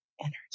energy